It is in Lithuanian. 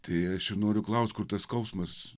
tai aš noriu klausti kur tas skausmas